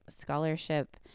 scholarship